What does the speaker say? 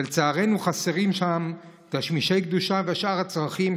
ולצערנו חסרים שם תשמישי קדושה ושאר הצרכים,